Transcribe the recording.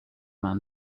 man